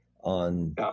on